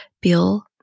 Bill